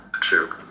True